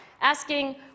asking